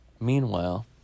Meanwhile